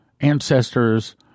ancestors